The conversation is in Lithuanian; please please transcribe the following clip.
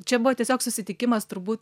čia buvo tiesiog susitikimas turbūt